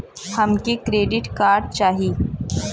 हमके credit card चाही